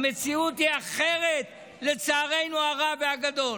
המציאות היא אחרת, לצערנו הרב והגדול,